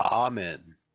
Amen